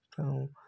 ତେଣୁ